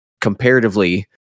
comparatively